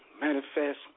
manifest